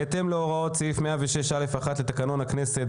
בהתאם להוראות סעיף 106(א)(1) לתקנון הכנסת,